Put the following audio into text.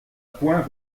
point